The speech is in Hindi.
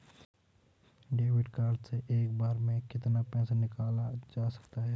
डेबिट कार्ड से एक बार में कितना पैसा निकाला जा सकता है?